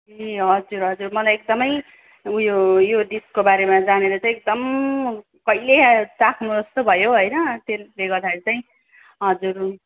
ए हजुर हजुर मलाई एकदमै उयो यो डिसको बारेमा जानेर चाहिँ एकदम कहिले आएर चाख्नु जस्तो भयो हौ होइन त्यसले गर्दाखेरि चाहिँ हजुर हुन्छ